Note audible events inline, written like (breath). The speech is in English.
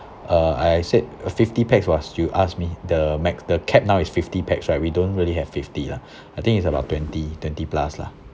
uh I I said fifty pax was you asked me the max the cap now is fifty pax right we don't really have fifty lah (breath) I think it's about twenty twenty plus lah